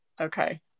okay